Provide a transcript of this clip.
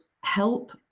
help